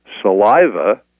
saliva